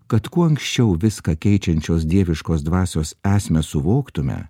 kad kuo anksčiau viską keičiančios dieviškos dvasios esmę suvoktume